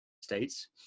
states